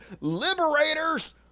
liberators